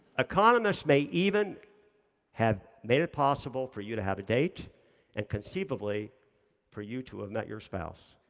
economists may even have made it possible for you to have a date and conceivably for you to have met your spouse.